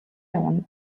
явна